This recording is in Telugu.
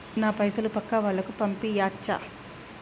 నా పైసలు పక్కా వాళ్ళకు పంపియాచ్చా?